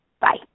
Bye